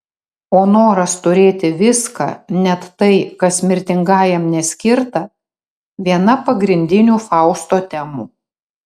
o noras turėti viską net tai kas mirtingajam neskirta viena pagrindinių fausto temų